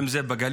אם זה בגליל,